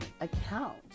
account